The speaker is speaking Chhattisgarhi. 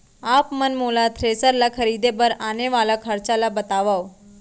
आप मन मोला थ्रेसर ल खरीदे बर आने वाला खरचा ल बतावव?